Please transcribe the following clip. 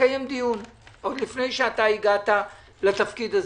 לקיים דיון, עוד לפני שהגעת לתפקיד הזה.